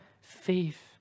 faith